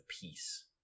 peace